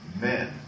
men